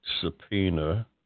subpoena